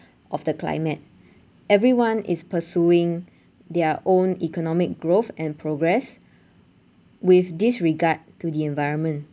of the climate everyone is pursuing their own economic growth and progress with disregard to the environment